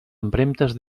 empremtes